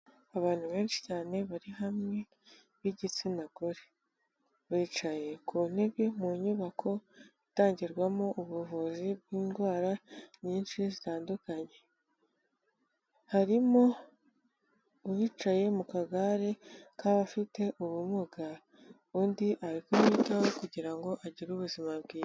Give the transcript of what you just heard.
Abantu benshi cyane bari hamwe b'igitsina gore bicaye ku ntebe mu nyubako itangirwamo ubuvuzi bw'indwara nyinshi zitandukanye, harimo uwicaye mu kagare k'abafite ubumuga, undi ari ku mwitaho kugira ngo agire ubuzima bwiza.